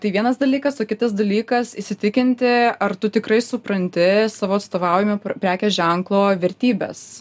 tai vienas dalykas o kitas dalykas įsitikinti ar tu tikrai supranti savo atstovaujamo prekės ženklo vertybes